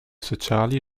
sociali